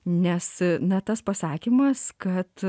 nes na tas pasakymas kad